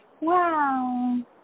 Wow